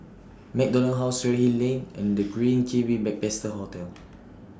MacDonald House Redhill Lane and The Green Kiwi Backpacker Hostel